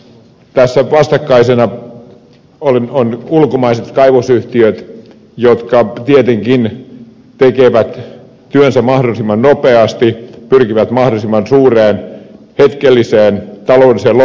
tässä vastakkaisena ovat ulkomaiset kaivosyhtiöt jotka tietenkin tekevät työnsä mahdollisimman nopeasti pyrkivät mahdollisimman suureen hetkelliseen taloudelliseen lopputulokseen